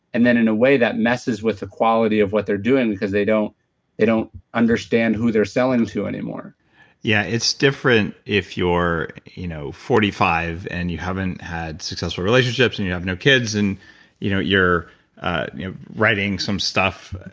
and then, in a way, that messes with the quality of what they're doing because they don't they don't understand who they're selling to anymore yeah. it's different if you're you know forty five and you haven't had successful relationships, and you have no kids, and you know you're you're writing some stuff.